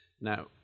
Now